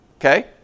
Okay